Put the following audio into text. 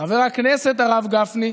חבר הכנסת הרב גפני,